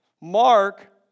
Mark